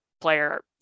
player